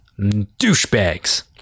douchebags